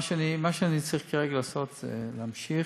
מה שאני צריך לעשות כרגע זה להמשיך